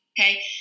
Okay